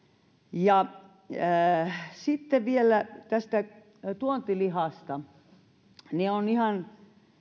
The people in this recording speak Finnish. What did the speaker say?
sitten vielä tästä tuontilihasta on ihan